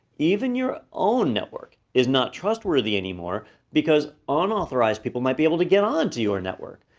even your own network is not trustworthy anymore because unauthorized people might be able to get onto your network.